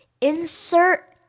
Insert